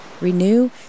renew